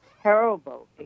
terrible